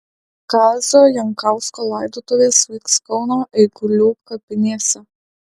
kazio jankausko laidotuvės vyks kauno eigulių kapinėse